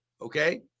okay